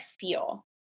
feel